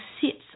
sits